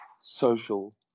social